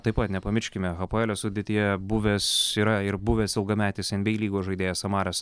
taip pat nepamirškime hapoelio sudėtyje buvęs yra ir buvęs ilgametis en by ei lygos žaidėjas amaras